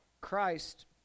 Christ